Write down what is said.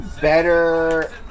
better